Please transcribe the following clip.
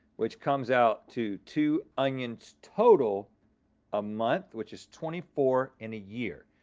which comes out to two onions total a month, which is twenty four in a year.